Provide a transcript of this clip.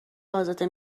ازاده